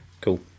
Cool